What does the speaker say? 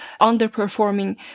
underperforming